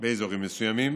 באזורים מסוימים